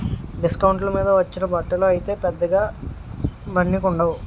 డిస్కౌంట్ల మీద వచ్చిన బట్టలు అయితే పెద్దగా మన్నికుండవు